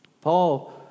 Paul